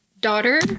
daughter